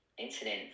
incident